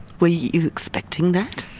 were you expecting that?